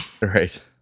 Right